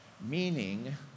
meaning